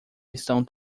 estão